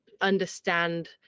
understand